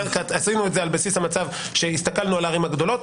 עשינו את זה על בסיס המצב שהסתכלנו על הערים הגדולות.